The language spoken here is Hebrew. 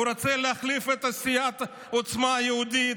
הוא רוצה להחליף את סיעת עוצמה יהודית,